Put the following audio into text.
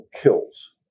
kills